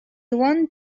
want